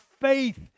faith